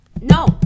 no